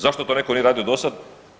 Zato to neko nije radio do sad?